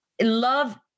Love